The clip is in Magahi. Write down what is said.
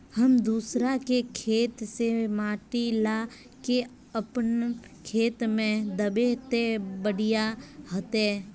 हम दूसरा के खेत से माटी ला के अपन खेत में दबे ते बढ़िया होते?